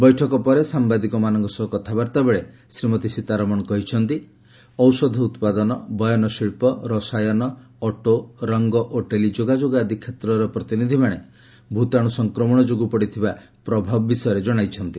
ବୈଠକ ପରେ ସାମ୍ବାଦିକମାନଙ୍କ ସହ କଥାବାର୍ତ୍ତା ବେଳେ ଶ୍ରୀମତୀ ସୀତାରମଣ କହିଛନ୍ତି ଔଷଧ ଉତ୍ପାଦନ ବୟନ ଶିଳ୍ପ ରସାୟନ ଅଟୋ ରଙ୍ଗ ଓ ଟେଲିଯୋଗାଯୋଗ ଆଦି କ୍ଷେତ୍ରର ପ୍ରତିନିଧିନିମାନେ ଭୂତାଣୁ ସଂକ୍ରମଣ ଯୋଗୁଁ ପଡ଼ିଥିବା ପ୍ରଭାବ ବିଷୟରେ ଜଣାଇଛନ୍ତି